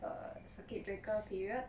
err circuit breaker period